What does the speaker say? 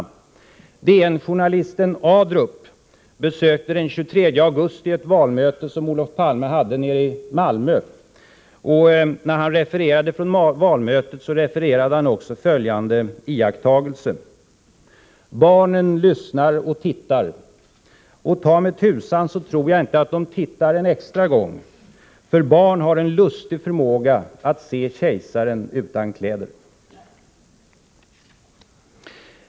DN-journalisten Adrup besökte den 23 augusti ett valmöte som Olof Palme hade nere i Malmö, och när han refererade det gjorde han också följande iakttagelse: Barnen lyssnar och tittar, och ta mig tusan så tror jag inte att de tittar en extra gång, för barn har en lustig förmåga att se kejsaren utan kläder.